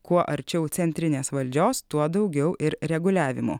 kuo arčiau centrinės valdžios tuo daugiau ir reguliavimų